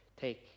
Take